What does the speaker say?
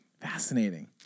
Fascinating